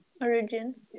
Origin